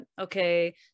okay